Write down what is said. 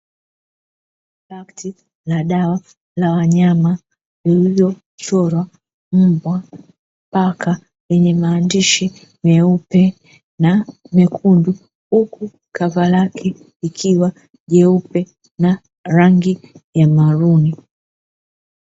pakti la dawa la wanyama lilochorwa paka na mbwa lenye maandishi meupe na mekundu huku kava lake likiwa lekundu na rangi ya bluu